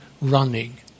running